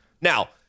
Now